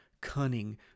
cunning